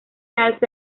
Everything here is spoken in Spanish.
alza